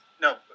no